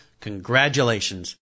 congratulations